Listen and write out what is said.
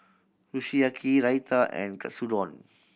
Kushiyaki Raita and Katsudon